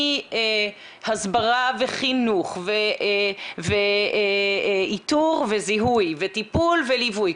מהסברה וחינוך ואיתור וזיהוי וטיפול וליווי,